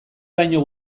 baino